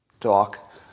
talk